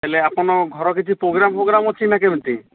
ହେଲେ ଆପଣ ଘର କିଛି ପ୍ରୋଗ୍ରାମ ଫ୍ରୋଗ୍ରାମ ଅଛି ନା କେମିତି